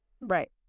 Right